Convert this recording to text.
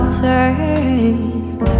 safe